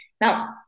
now